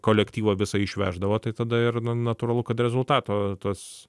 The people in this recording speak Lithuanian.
kolektyvą visą išveždavo tai tada ir na natūralu kad rezultato tas